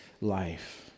life